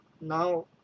now